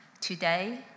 Today